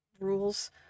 rules